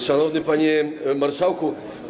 Szanowny Panie Marszałku!